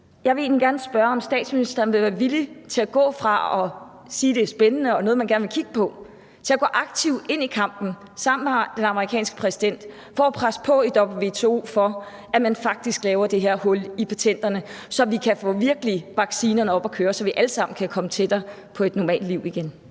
egentlig gerne spørge, om statsministeren vil være villig til at gå fra at sige, at det er spændende og noget, man gerne vil kigge på, til at gå aktivt ind i kampen sammen med den amerikanske præsident, altså for at presse på i WTO for, at man faktisk laver det her hul i patenterne, så vi virkelig kan få vaccinerne op at køre, så vi alle sammen kan komme tættere på et normalt liv igen.